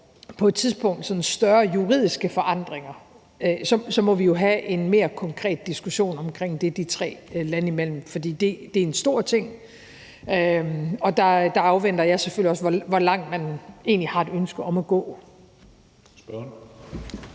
ønsker sådan større juridiske forandringer, så må vi jo have en mere konkret diskussion omkring det de tre lande imellem. For det er en stor ting, og der afventer jeg selvfølgelig også, hvor langt man egentlig har et ønske om at gå.